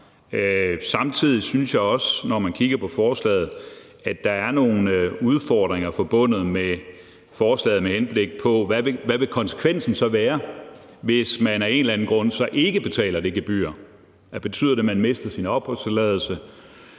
man kigger på forslaget, at der er nogle udfordringer forbundet med det, med henblik på hvad konsekvensen så vil være, hvis man af en eller anden grund ikke betaler det gebyr. Betyder det, at man mister sin opholdstilladelse?